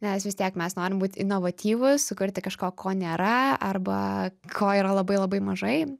nes vis tiek mes norim būt inovatyvūs sukurti kažko ko nėra arba ko yra labai labai mažai